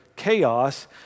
chaos